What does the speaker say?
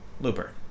Looper